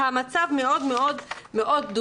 המצב מאוד דומה.